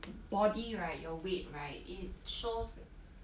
body right your weight right it shows